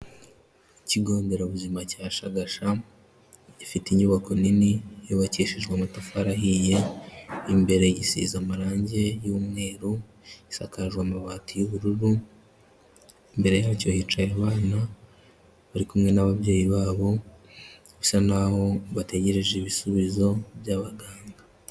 Ikigo nderabuzima cya Shagasha gifite inyubako nini yubakishijwe amatafari ahiye, imbere isize amarangi y'umweru, isakajwe amabati y'ubururu, imbere yacyo hicaye abana bari kumwe n'ababyeyi babo bisa nkaho bategereje ibisubizo by'abaganga.